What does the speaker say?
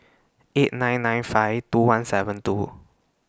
eight nine nine five two one seven two